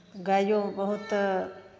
गाइओ बहुत